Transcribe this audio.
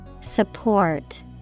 Support